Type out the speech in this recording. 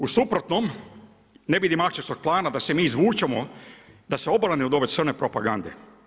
U suprotnom ne vidim akcijskog plana da se mi izvučemo, da se obrane od ove crne propagande.